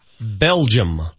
Belgium